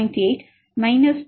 8 0